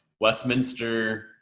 Westminster